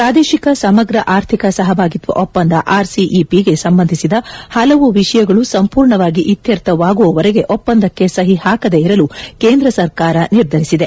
ಪ್ರಾದೇಶಿಕ ಸಮಗ್ರ ಆರ್ಥಿಕ ಸಹಭಾಗಿತ್ವ ಒಪ್ಪಂದ ಆರ್ಸಿಇಪಿಗೆ ಸಂಬಂಧಿಸಿದ ಹಲವು ವಿಷಯಗಳು ಸಂಪೂರ್ಣವಾಗಿ ಇತ್ಯರ್ಥವಾಗುವವರೆಗೆ ಒಪ್ಪಂದಕ್ಕೆ ಸಹಿ ಹಾಕದೇ ಇರಲು ಕೇಂದ್ರ ಸರ್ಕಾರ ನಿರ್ಧರಿಸಿದೆ